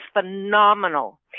phenomenal